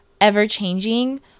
ever-changing